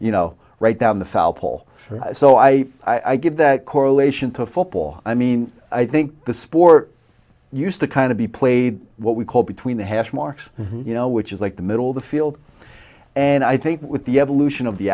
you know right down the foul pole so i i give that correlation to football i mean i think the sport used to kind of be played what we call between the hashmarks you know which is like the middle of the field and i think with the evolution of the